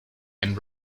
and